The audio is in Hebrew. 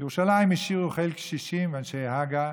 בירושלים השאירו חיל קשישים ואנשי הג"א,